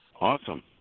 Awesome